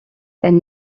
elle